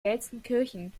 gelsenkirchen